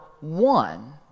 one